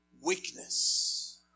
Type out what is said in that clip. weakness